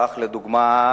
לדוגמה,